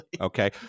Okay